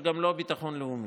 וגם לא הביטחון הלאומי.